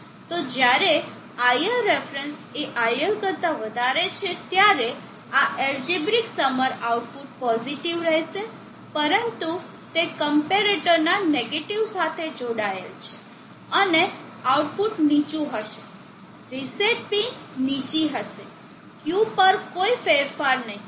તો જ્યારે iLref એ IL કરતા વધારે છે ત્યારે આ એલજેબ્રીક સમર આઉટપુટ પોઝિટીવ રહેશે પરંતુ તે ક્મ્પેરેટરના નેગેટીવ સાથે જોડાયેલ છે અને આઉટપુટ નીચું હશે રીસેટ પિન નીચી હશે Q પર કોઈ ફેરફાર નહીં